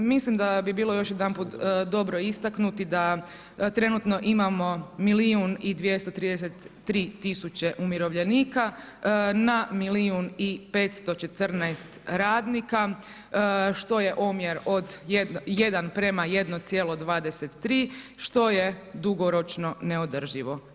Mislim da bi bilo još jedanput dobro istaknuti da trenutno imamo milijun i 233 tisuće umirovljenika na milijun i 514 radnika, što je omjer od 1:1,23, što je dugoročno neodrživo.